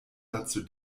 dazu